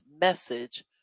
message